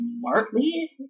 smartly